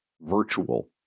virtual